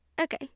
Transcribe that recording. Okay